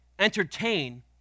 entertain